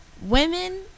women